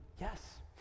Yes